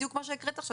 בדיוק מה שהקראת עכשיו.